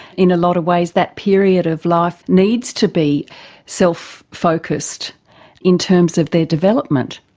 in a lot of ways that period of life needs to be self-focused in terms of their development.